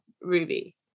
Ruby